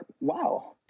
wow